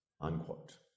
Unquote